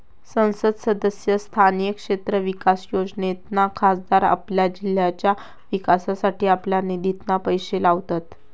संसद सदस्य स्थानीय क्षेत्र विकास योजनेतना खासदार आपल्या जिल्ह्याच्या विकासासाठी आपल्या निधितना पैशे लावतत